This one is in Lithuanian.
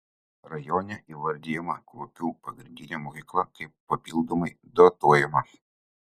rajone įvardijama kruopių pagrindinė mokykla kaip papildomai dotuojama